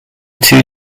two